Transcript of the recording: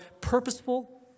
purposeful